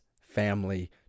family